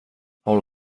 håll